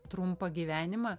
trumpą gyvenimą